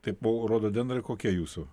taip o rododendrai kokie jūsų